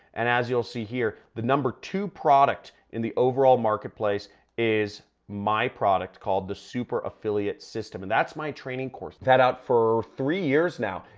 and as you'll see here, the number two product in the overall marketplace is my product called the super affiliate system. and that's my training course. that out for three years now.